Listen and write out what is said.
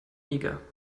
niger